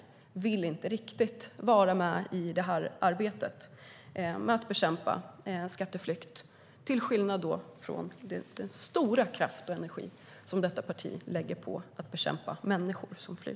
Man vill inte riktigt vara med och arbeta med att bekämpa skatteflykt, till skillnad från den stora kraft och energi som detta parti lägger på att bekämpa människor som flyr.